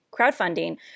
crowdfunding